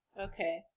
Okay